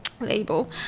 label